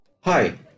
Hi